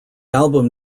album